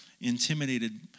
intimidated